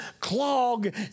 clog